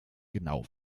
genau